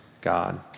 God